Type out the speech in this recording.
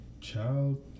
child